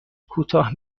کوتاه